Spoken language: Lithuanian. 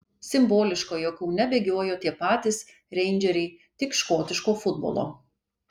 simboliška jog kaune bėgiojo tie patys reindžeriai tik škotiško futbolo